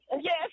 Yes